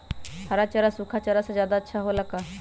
हरा चारा सूखा चारा से का ज्यादा अच्छा हो ला?